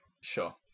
Sure